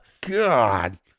God